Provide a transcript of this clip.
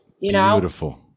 Beautiful